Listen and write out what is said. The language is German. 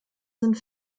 sind